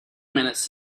minutes